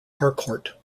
harcourt